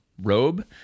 robe